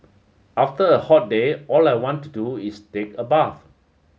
after a hot day all I want to do is take a bath